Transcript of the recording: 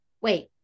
wait